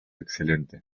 excelente